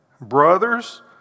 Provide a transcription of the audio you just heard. Brothers